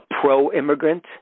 pro-immigrant